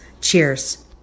Cheers